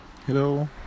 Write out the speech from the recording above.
Hello